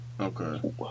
Okay